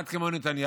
אחד כמו נתניהו,